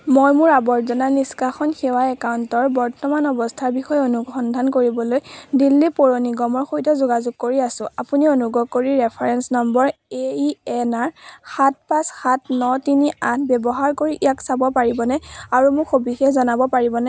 মই মোৰ আৱৰ্জনা নিষ্কাশন সেৱা একাউণ্টৰ বৰ্তমান অৱস্থাৰ বিষয়ে অনুসন্ধান কৰিবলৈ দিল্লী পৌৰ নিগমৰ সৈতে যোগাযোগ কৰি আছোঁ আপুনি অনুগ্ৰহ কৰি reference number A I N R সাত পাঁচ সাত ন তিনি আঠ ব্যৱহাৰ কৰি ইয়াক চাব পাৰিবনে আৰু মোক সবিশেষ জনাব পাৰিবনে